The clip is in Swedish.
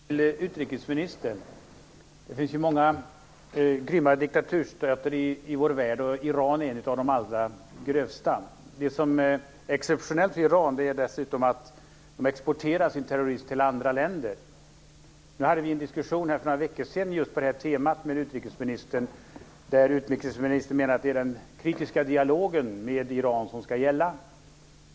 Fru talman! Jag har en fråga till utrikesministern. Det finns många grymma diktaturstater i vår värld. Iran är en av de allra grövsta. Det som exceptionellt gäller Iran är att Iran exporterar sin terrorism till andra länder. Vi hade en diskussion för några veckor sedan om just det här temat med utrikesministern där hon menade att det är den kritiska dialogen med Iran som skall gälla.